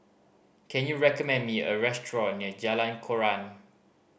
can you recommend me a restaurant near Jalan Koran